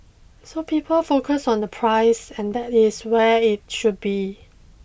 so people focus on the price and that is where it should be